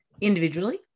individually